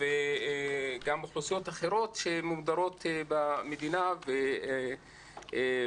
וגם אוכלוסיות אחרות שהן מודרות במדינה וסובלות.